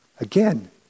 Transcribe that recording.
Again